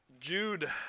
Jude